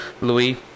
Louis